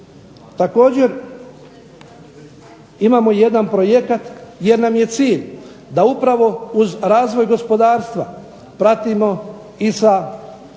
Također, imamo i jedan projekat jer nam je cilj da upravo uz razvoj gospodarstva pratimo i sa